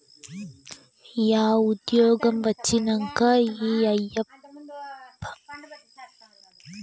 yeah ఉజ్జ్యోగం వచ్చినంక ఈ ఆయప్ప సేవింగ్స్ ఖాతాని సాలరీ కాతాగా మార్చినాడు